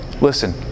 Listen